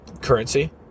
currency